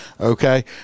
Okay